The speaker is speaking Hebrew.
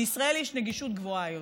בישראל יש נגישות גבוהה יותר.